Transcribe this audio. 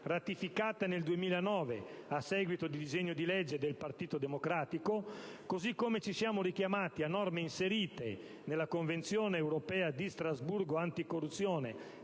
ratificate nel 2009 a seguito di un disegno di legge del Partito Democratico), o a norme inserite nella Convenzione europea di Strasburgo anticorruzione